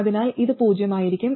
അതിനാൽ ഇത് പൂജ്യമായിരിക്കും